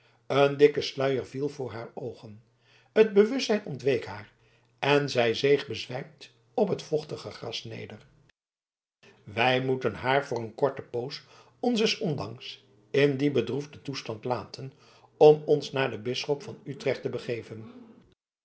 een dikke sluier viel voor haar oogen het bewustzijn ontweek haar en zij zeeg bezwijmd op het vochtige gras neder wij moeten haar voor een korte poos onzes ondanks in dien bedroefden toestand laten om ons naar den bisschop van utrecht te begeven